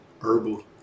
herbal